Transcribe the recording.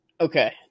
Okay